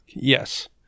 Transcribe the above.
Yes